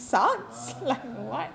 what